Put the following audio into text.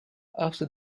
after